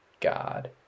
God